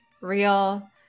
real